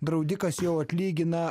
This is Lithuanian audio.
draudikas jau atlygina